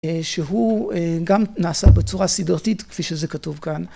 שהוא גם נעשה בצורה סדרתית כפי שזה כתוב כאן.